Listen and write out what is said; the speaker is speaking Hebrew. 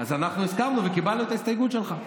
אז הסכמנו וקיבלנו את ההסתייגות שלך.